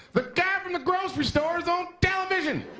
the guy from the grocery store is on television!